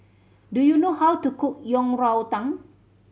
do you know how to cook Yang Rou Tang